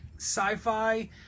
sci-fi